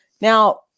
Now